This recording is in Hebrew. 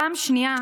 פעם שנייה,